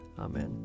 Amen